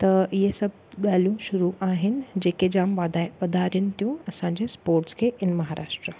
त इहे सभु ॻाल्हियूं शुरु आहिनि जेके जाम वधाइनि वधारिन थियूं असांजे स्पोर्ट्स खे इन महाराष्ट्र